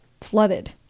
flooded